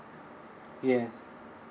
yes